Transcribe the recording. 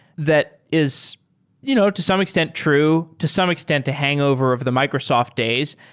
that is you know to some extent true. to some extent a hangover of the microsoft days,